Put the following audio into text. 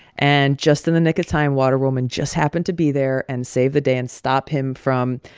and just in the nick of time, waterwoman just happened to be there and save the day and stop him from,